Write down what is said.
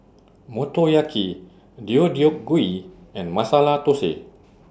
Motoyaki Deodeok Gui and Masala Dosa